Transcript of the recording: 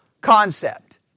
concept